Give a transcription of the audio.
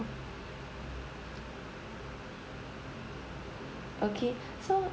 okay so